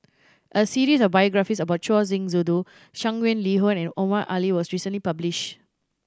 a series of biographies about Choor Singh Sidhu Shangguan Liuyun and Omar Ali was recently published